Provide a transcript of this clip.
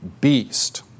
beast